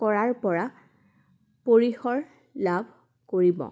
কৰাৰপৰা পৰিসৰ লাভ কৰিব